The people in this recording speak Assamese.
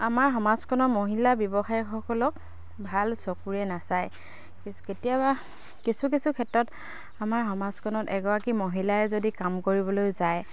আমাৰ সমাজখননৰ মহিলা ব্যৱসায়সকলক ভাল চকুৰে নাচায় কেতিয়াবা কিছু কিছু ক্ষেত্ৰত আমাৰ সমাজখনত এগৰাকী মহিলাই যদি কাম কৰিবলৈ যায়